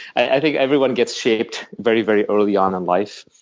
i think everyone gets shaped very, very early on in life.